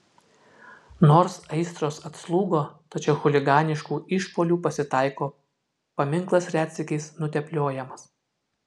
nors aistros atslūgo tačiau chuliganiškų išpuolių pasitaiko paminklas retsykiais nutepliojamas